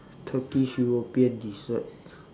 turkish european dessert